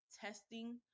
testing